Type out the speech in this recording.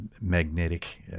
magnetic